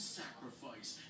sacrifice